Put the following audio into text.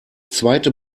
zweite